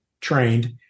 trained